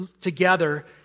together